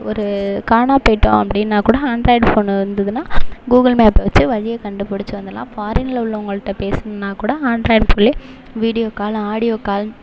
ஒரு காணம போய்விட்டோம் அப்படினா கூட ஆண்ட்ராய்டு ஃபோன் இருந்ததுனா கூகுள் மேப்பை வெச்சு வழியை கண்டுபிடிச்சி வந்துடலாம் ஃபாரினில் உள்ளவங்கள்கிட்ட பேசணும்னா கூட ஆண்ட்ராய்ட் ஃபோனில் வீடியோ கால் ஆடியோ கால்